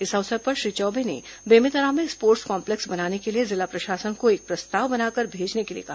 इस अवसर पर श्री चौबे ने बेमेतरा में स्पोटर्स कॉम्प्लेक्स बनाने के लिए जिला प्रशासन को एक प्रस्ताव बनाकर भेजने के लिए कहा